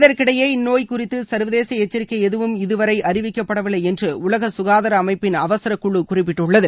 இதற்கிடையே இந்நோய் குறித்து சர்வதேச எச்சரிக்கை எதுவும் இதுவரை அறிவிக்கப்படவில்லை என்று உலக சுகாதார அமைப்பின் அவசர குழு குறிப்பிட்டுள்ளது